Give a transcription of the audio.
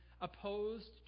opposed